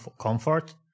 comfort